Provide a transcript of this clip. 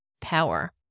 power